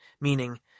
meaning